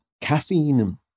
caffeine